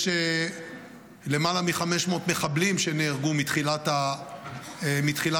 יש למעלה מ-500 מחבלים שנהרגו מתחילת המלחמה.